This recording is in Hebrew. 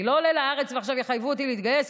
אני לא עולה לארץ ועכשיו יחייבו אותי להתגייס,